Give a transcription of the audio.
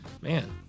man